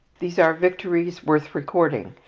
these are victories worth recording,